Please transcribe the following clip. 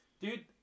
Dude